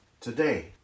today